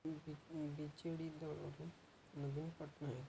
ବି B J D ଦଳରୁ ନବୀନ ପଟ୍ଟନାୟକ